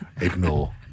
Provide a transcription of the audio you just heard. Ignore